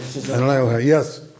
Yes